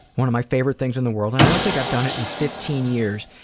one of my favorite things in the world and i don't think i've done it in fifteen years,